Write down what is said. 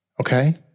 Okay